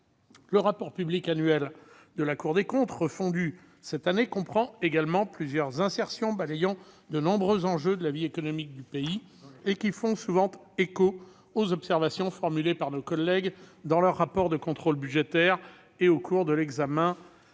Le rapport public annuel de la Cour des comptes, refondu cette année, comprend également plusieurs insertions balayant de nombreux enjeux de la vie économique du pays qui font souvent écho aux observations formulées par nos collègues dans leurs rapports de contrôle budgétaire et au cours de l'examen des